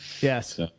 Yes